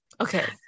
Okay